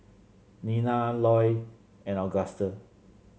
Nina Loy and Auguste